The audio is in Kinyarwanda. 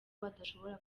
badashobora